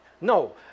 No